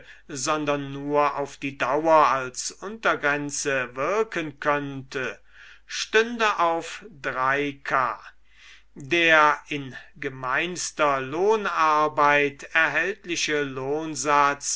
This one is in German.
sondern nur auf die dauer als unteargrenze wirken könnte stünde auf k der in gemeinster lohnarbeit erhältliche